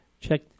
check